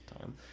time